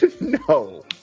No